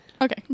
okay